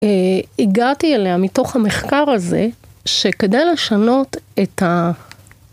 הגעתי אליה מתוך המחקר הזה, שכדי לשנות את ה...